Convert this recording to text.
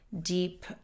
deep